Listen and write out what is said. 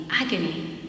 agony